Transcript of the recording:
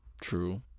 true